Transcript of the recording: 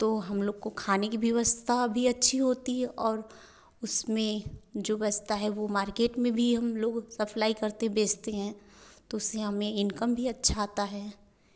तो हम लोग को खाने की भी व्यवस्था भी अच्छी होती है और उसमें जो बचता है वह मार्केट में भी हम लोग सप्लाई करते बेचते हैं तो उससे हमें इनकम भी अच्छा आता है